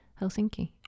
Helsinki